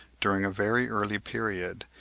during a very early period,